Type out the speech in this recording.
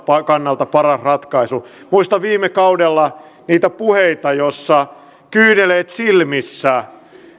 kannalta paras ratkaisu muistan viime kaudella niitä puheita joissa kyyneleet silmissä